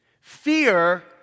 Fear